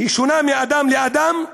שונה מאדם לאדם?